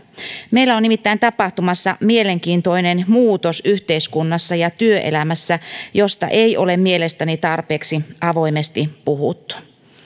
meillä on nimittäin tapahtumassa mielenkiintoinen muutos yhteiskunnassa ja työelämässä josta ei ole mielestäni tarpeeksi avoimesti puhuttu